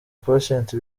patient